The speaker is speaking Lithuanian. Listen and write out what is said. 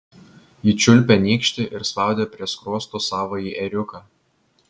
ji čiulpė nykštį ir spaudė prie skruosto savąjį ėriuką